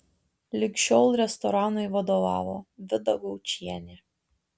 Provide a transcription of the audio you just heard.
lig šiol restoranui vadovavo vida gaučienė